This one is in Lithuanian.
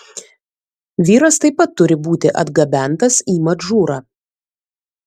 vyras taip pat turi būti atgabentas į madžūrą